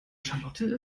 charlotte